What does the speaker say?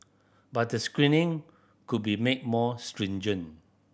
but the screening could be made more stringent